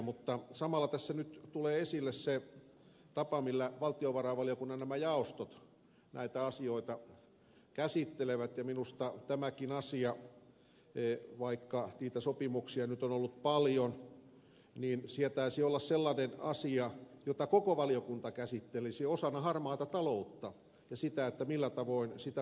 mutta samalla tässä nyt tulee esille se tapa millä valtiovarainvaliokunnan jaostot näitä asioita käsittelevät ja minusta tämänkin asian vaikka niitä sopimuksia nyt on ollut paljon sietäisi olla sellainen asia jota koko valiokunta käsittelisi osana harmaata taloutta ja sitä millä tavoin sitä voidaan estää